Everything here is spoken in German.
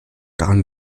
daran